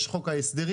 יש חוק ההסדרים,